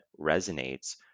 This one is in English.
resonates